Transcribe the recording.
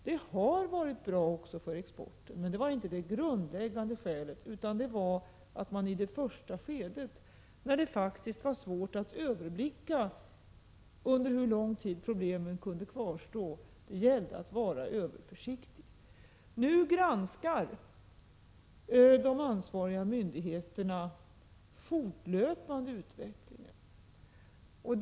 Det har också varit bra för exporten, men detta var inte det grundläggande skälet, utan det var att man i det första skedet, när det faktiskt var svårt att överblicka under hur lång tid problemen kunde kvarstå, valde att vara överförsiktig. Nu granskar de ansvariga myndigheterna fortlöpande utvecklingen.